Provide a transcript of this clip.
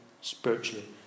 spiritually